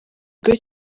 kigo